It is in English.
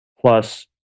plus